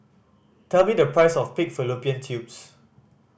tell me the price of pig fallopian tubes